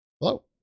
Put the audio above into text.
Hello